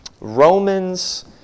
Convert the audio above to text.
Romans